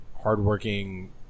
hardworking